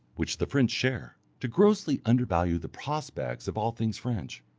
which the french share, to grossly undervalue the prospects of all things french,